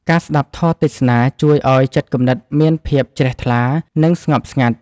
ការស្ដាប់ធម៌ទេសនាជួយឱ្យចិត្តគំនិតមានភាពជ្រះថ្លា និងស្ងប់ស្ងាត់។